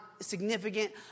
significant